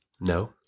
No